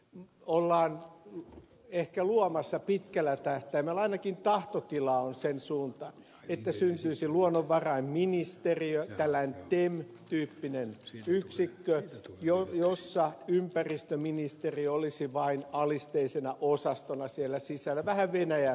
pitkällä tähtäimellä ollaan ehkä luomassa ainakin tahtotila on sen suuntainen luonnonvarainministeriö tällainen tem tyyppinen yksikkö jossa ympäristöministeriö olisi vain alisteisena osastona sen sisällä vähän venäjän malliin